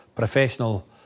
professional